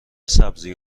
سبزی